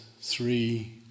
three